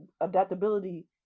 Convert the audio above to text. adaptability